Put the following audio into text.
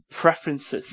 preferences